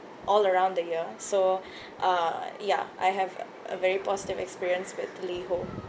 all around the year so uh ya I have a very positive experience with Liho